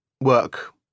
work